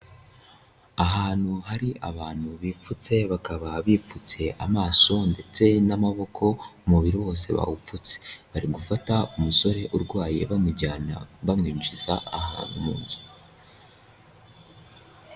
Ahantu hari abantu bipfutse, bakaba bipfutse amaso ndetse n'amaboko, umubiri wose bawupfutse. Bari gufata umusore urwaye bamujyana, bamwinjiza ahantu mu nzu.